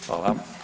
Hvala.